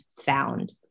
found